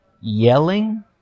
yelling